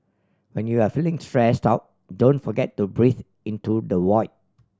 when you are feeling stressed out don't forget to breathe into the void